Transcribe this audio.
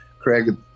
Craig